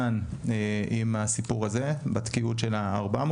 עדיפות מסוימת לבני מקום, חד